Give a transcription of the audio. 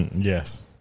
Yes